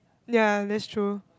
ya that's true